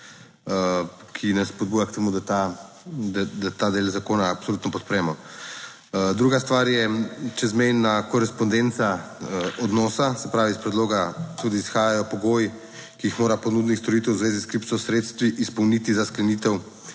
ki nas spodbuja k temu, da ta del zakona absolutno podpremo. Druga stvar je čezmejna korespondenca odnosa, se pravi, iz predloga tudi izhajajo pogoji, ki jih mora ponudnik storitev v zvezi s kripto sredstvi izpolniti za sklenitev